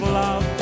love